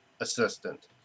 assistant